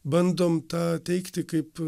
bandom tą teigti kaip